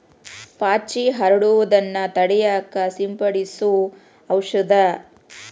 ಪಾಚಿ ಹರಡುದನ್ನ ತಡಿಯಾಕ ಸಿಂಪಡಿಸು ಔಷದ